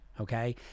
okay